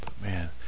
Man